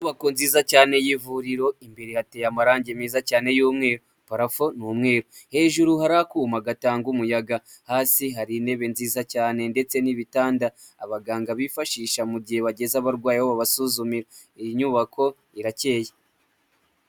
Inyubako nziza cyane y'ivuriro imbere hateye amarangi meza cyane y'umweru barafo ni hejuru hari akuma gatanga umuyaga hasi hari intebe nziza cyane ndetse n'ibitanda abaganga bifashisha mu gihe bageze abarwayi babasuzumira iyi nyubako irakeye.